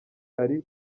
ari